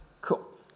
Cool